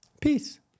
Peace